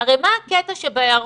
מה הקטע שבהיערכות,